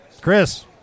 Chris